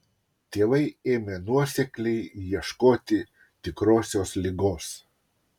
tėvai ėmė nuosekliai ieškoti tikrosios ligos